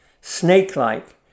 snake-like